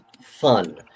fun